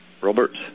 Robert